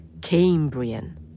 Cambrian